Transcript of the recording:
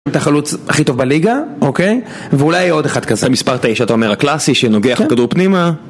את החלוץ הכי טוב בליגה, אוקיי? ואולי עוד אחד כזה. המספר תשע שאתה אומר, הקלאסי, שנוגח בכדור פנימה